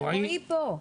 הנה, רועי פה.